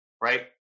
right